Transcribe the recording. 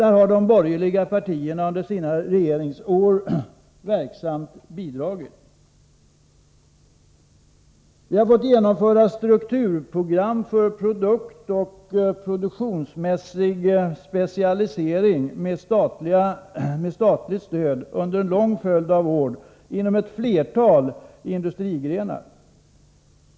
Det har de borgerliga partierna under sina regeringsår verksamt bidragit till. Vi har fått genomföra strukturprogram för produktoch produktionsmässiga specialiseringar med statligt stöd under en lång följd av år inom ett flertal industrigrenar.